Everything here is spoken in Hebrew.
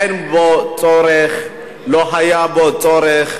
אין בו צורך, לא היה בו צורך.